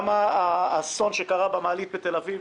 גם האסון שקרה במעלית בתל-אביב,